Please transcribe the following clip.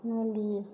मुलि